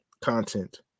content